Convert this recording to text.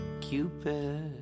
Cupid